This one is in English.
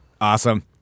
awesome